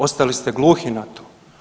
Ostali ste gluhi na to.